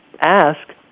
ask